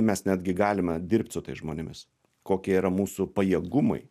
mes netgi galime dirbt su tais žmonėmis kokie yra mūsų pajėgumai